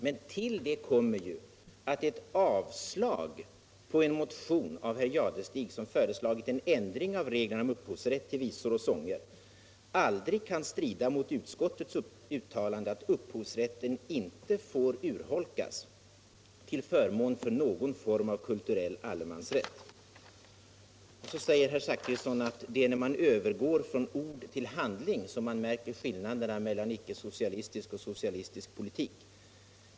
Men härtill kommer ju att ett avslag på en motion av herr Jadestig, där han föreslagit en ändring av reglerna om upphovsrätt till visor och sånger, aldrig kan strida mot utskottets uttalande att upphovsrätten inte får urholkas till förmån för någon form av kulturell allemansrätt. Kulturpolitiken Nr 132 Slutligen 'sade herr Zachrisson att det är när man övergår från ord Torsdagen den till handling som man mirker skillnaden mellan socialistisk och icke 20 maj 1976 socialistisk politik.